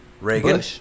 reagan